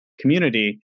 community